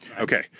okay